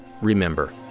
Remember